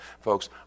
Folks